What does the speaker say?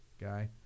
guy